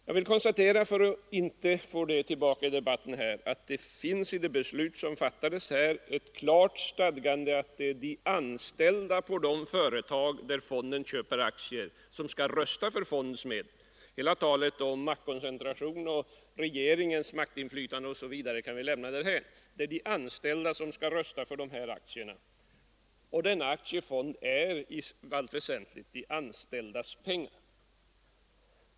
Jag vill konstatera — för att inte få argument om motsatsen i debatten — att det, i det beslut som fattades här, finns ett klart stadgande om att det är de anställda i de företag där fonden köper aktier som skall rösta för fondens medel. Hela talet om maktkoncentration, regeringens maktinflytande osv. kan vi lämna därhän. Det är de anställda som skall rösta för de här aktierna, och aktiefonden är i allt väsentligt de anställdas pengar.